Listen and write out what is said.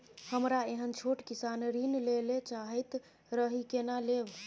हमरा एहन छोट किसान ऋण लैले चाहैत रहि केना लेब?